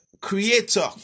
creator